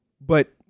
But-